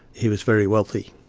he was very wealthy.